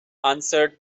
answered